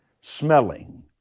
Smelling